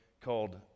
called